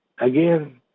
Again